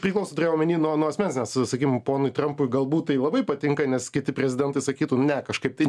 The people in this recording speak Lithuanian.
priklauso turėjau omeny nuo nuo asmens nes sakykim ponui trampui galbūt tai labai patinka nes kiti prezidentai sakytų nu ne kažkaip tai